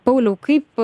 pauliau kaip